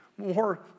more